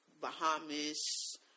Bahamas